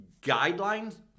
guidelines